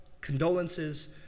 condolences